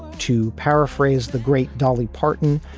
to paraphrase the great dolly parton.